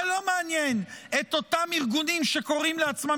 זה לא מעניין את אותם ארגונים שקוראים לעצמם